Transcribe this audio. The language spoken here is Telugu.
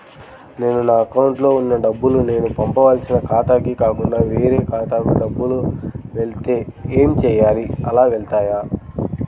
నేను నా అకౌంట్లో వున్న డబ్బులు నేను పంపవలసిన ఖాతాకి కాకుండా వేరే ఖాతాకు డబ్బులు వెళ్తే ఏంచేయాలి? అలా వెళ్తాయా?